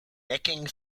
nicking